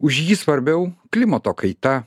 už jį svarbiau klimato kaita